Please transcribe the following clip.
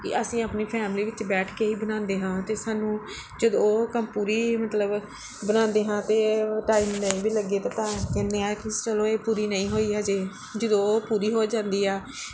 ਅਸੀਂ ਆਪਣੀ ਫੈਮਲੀ ਵਿੱਚ ਬੈਠ ਕੇ ਹੀ ਬਣਾਉਂਦੇ ਹਾਂ ਅਤੇ ਸਾਨੂੰ ਜਦੋਂ ਉਹ ਕੰਮ ਪੂਰੀ ਮਤਲਬ ਬਣਾਉਂਦੇ ਹਾਂ ਅਤੇ ਟਾਈਮ ਨਹੀਂ ਵੀ ਲੱਗੇ ਤਾਂ ਕਹਿੰਦੇ ਹਾਂ ਕਿ ਚਲੋ ਇਹ ਪੂਰੀ ਨਹੀਂ ਹੋਈ ਹਾਲੇ ਜਦੋਂ ਉਹ ਪੂਰੀ ਹੋ ਜਾਂਦੀ ਆ